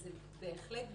וזה בהחלט בזכותך.